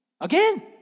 Again